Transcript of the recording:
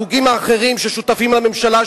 ועל החוגים האחרים ששותפים לממשלה,